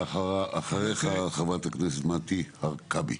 ואחריך חברת הכנסת מטי צרפתי הרכבי.